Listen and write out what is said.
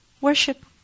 worship